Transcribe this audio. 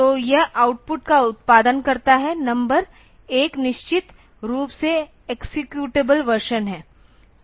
तो यह आउटपुट का उत्पादन करता है नंबर एक निश्चित रूप से एक्सेक्यूटबल वर्शन है